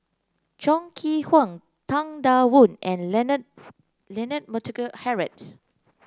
Chong Kee Hiong Tang Da Wu and Leonard Leonard Montague Harrod